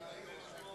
לכם מה קיבלנו.